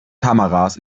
kameras